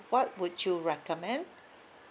what would you recommend